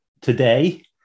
today